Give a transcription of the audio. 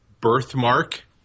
birthmark